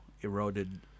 eroded